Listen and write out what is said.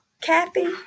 kathy